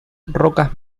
rocas